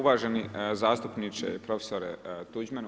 Uvaženi zastupniče profesore Tuđman.